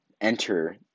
enter